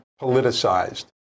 politicized